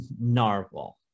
narwhal